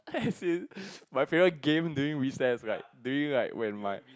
as in my favourite game during recess right during like when my